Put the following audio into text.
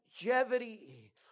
longevity